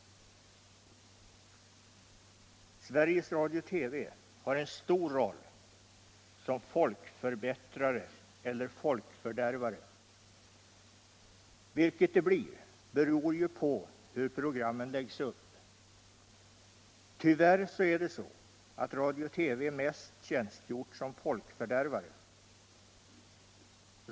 Sveriges Radio-TV har en stor roll som folkförbättrare eller folkfördärvare. Vilket det blir beror ju på hur programmen läggs upp. Tyvärr är det så, att Radio-TV mest har tjänstgjort som folkfördärvare.